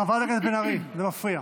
חברת הכנסת בן ארי, זה מפריע.